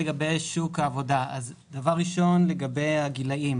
לגבי שוק העבודה, לגבי הגילאים